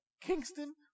Kingston